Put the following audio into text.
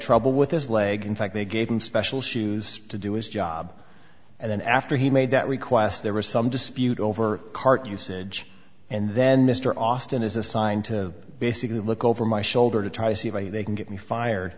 trouble with his leg in fact they gave him special shoes to do his job and then after he made that request there was some dispute over cart usage and then mr austin is assigned to basically look over my shoulder to try c v they can get me fired